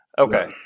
Okay